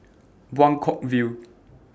Buangkok View